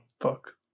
fuck